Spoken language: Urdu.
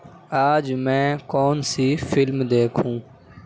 آج میں کون سی فلم دیکھوں